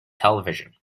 television